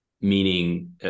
meaning